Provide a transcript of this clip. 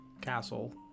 castle